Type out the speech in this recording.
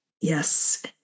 Yes